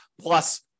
plus